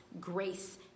grace